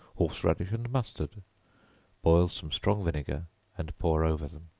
horse-radish and mustard boil some strong vinegar and pour over them.